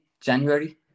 January